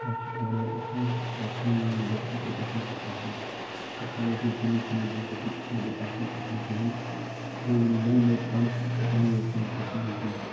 کیاہ چھِ اتھ ونان اِنسان گَژھِ آسُن مَطلَب گرُپَس مَنٛز گَژھِ آسُن اِنسان گَژھِ نہٕ کُنے کُنے زوٚن گوٚژھ نہٕ اتھ مَنٛز گَژھُن کِہیٖنۍ تہٕ بیٚیہِ یِم نےٚ نےٚ ٹرانس تہم انوویشَن گَژھَن یتھ مَنٛز